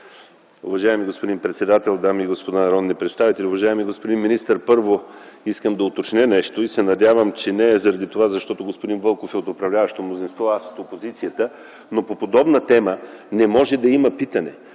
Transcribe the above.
Уважаеми господин председател, дами и господа народни представители, уважаеми господин министър! Първо, искам да уточня нещо и се надявам, че не е заради това, че господин Вълков е от управляващото мнозинство, а аз - от опозицията, но по подобна тема не може да има питане,